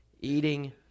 eating